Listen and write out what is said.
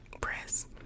press